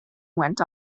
went